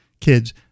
kids